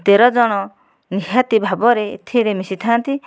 ତେର ଜଣ ନିହାତି ଭାବରେ ଏଥିରେ ମିଶିଥାଆନ୍ତି